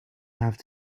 have